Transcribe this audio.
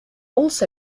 also